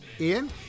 Ian